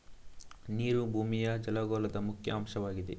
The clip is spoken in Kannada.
ನೀರು ಭೂಮಿಯ ಜಲಗೋಳದ ಮುಖ್ಯ ಅಂಶವಾಗಿದೆ